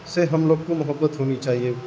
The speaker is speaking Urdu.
سے ہم لوگ کو محبت ہونی چاہیے